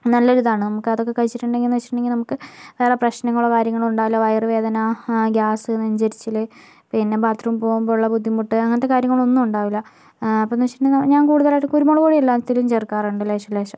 നല്ല ഒരിതാണ് നമുക്ക് അതൊക്കെ കഴിച്ചിട്ടുണ്ടെങ്കിലെന്ന് വെച്ചിട്ടുണ്ടെങ്കില് നമുക്ക് വേറെ പ്രശ്നങ്ങളോ കാര്യങ്ങളോ ഉണ്ടാവില്ല വയറുവേദന ഗ്യാസ് നെഞ്ചെരിച്ചില് പിന്നെ ബാത്ത് റൂമിൽ പോകുമ്പോൾ ഉള്ള ബുദ്ധിമുട്ട് അങ്ങനത്തെ കാര്യങ്ങൾ ഒന്നും ഉണ്ടാവില്ല അപ്പോൾ എന്ന് വെച്ചിട്ടുണ്ടെങ്കിൽ ഞാൻ കൂടുതലായിട്ട് കുരുമുളകുപൊടി എല്ലാത്തിലും ചേർക്കാറുണ്ട് ലേശം ലേശം